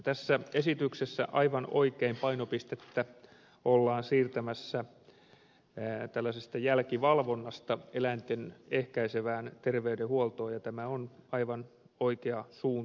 tässä esityksessä aivan oikein painopistettä ollaan siirtämässä tällaisesta jälkivalvonnasta eläinten ehkäisevään terveydenhuoltoon ja tämä on aivan oikea suunta